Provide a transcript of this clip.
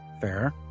fair